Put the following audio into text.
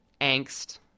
angst